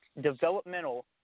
developmental